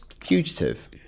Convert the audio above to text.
fugitive